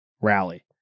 rally